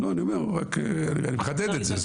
לא, רק אני אומר, אני מחדד את זה.